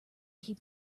keep